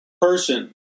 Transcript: person